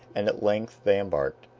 and at length they embarked.